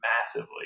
massively